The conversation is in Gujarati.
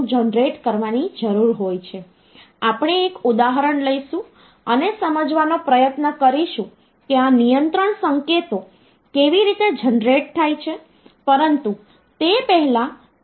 xn 1 b xn તેથી જો આપણે ઉદાહરણ લઈએ તો ધારો કે આપણને 452 નંબર મળ્યો છે જેનો આધાર 10 છે